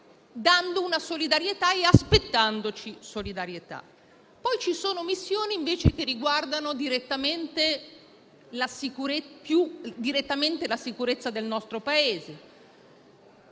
dando solidarietà e aspettandoci solidarietà. Poi ci sono missioni che riguardano più direttamente la sicurezza del nostro Paese: